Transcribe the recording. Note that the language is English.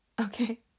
Okay